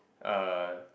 uh